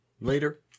Later